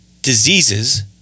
diseases